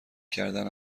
کردن